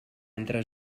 entre